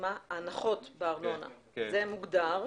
ההנחות בארנונה זה מוגדר.